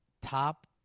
top